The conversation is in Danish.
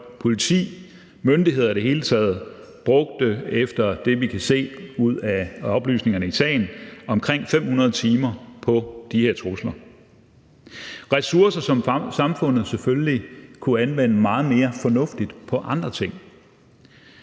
politiet, myndigheder i det hele taget – brugte efter det, vi kan se ud af oplysninger i sagen, omkring 500 timer på de her trusler. Det er ressourcer, som samfundet selvfølgelig kunne anvende meget mere fornuftigt på andre ting.